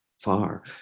far